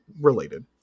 related